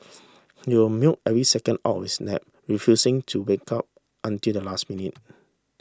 he will milk every second out of his nap refusing to wake up until the last minute